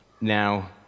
now